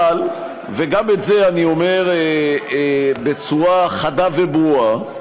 אבל, וגם את זה אני אומר בצורה חדה וברורה,